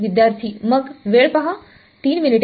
विद्यार्थी मग